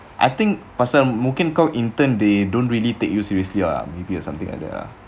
I think mungkin pasal kau intern they don't really take you seriously or maybe or something like that ah